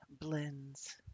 blends